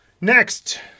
Next